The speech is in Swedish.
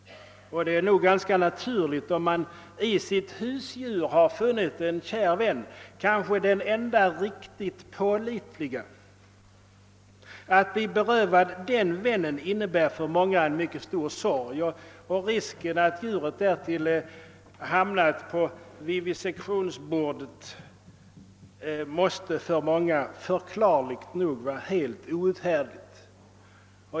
Det är ganska naturligt att det för dem som i sitt husdjur har funnit en kär vän — kanske den enda riktigt pålitliga — kan innebära en mycket stor sorg att bli berövad denna vän. Risken att djuret därtill hamnar på vivisektionsbordet måste för många förklarligt nog kännas helt outhärdlig.